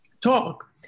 talk